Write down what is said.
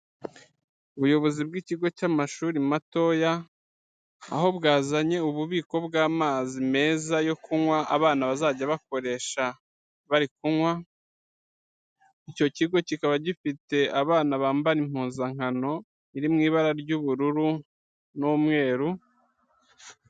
Ubuyobozi bw'ikigo cy'amashuri matoya, aho bwazanye ububiko bw'amazi meza yo kunywa abana bazajya bakoresha bari kunywa, icyo kigo kikaba gifite abana bambara impuzankano iri mu ibara ry'ubururu n'umweru.